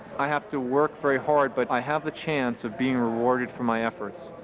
i have to work very hard but i have the chance of being rewarded for my efforts.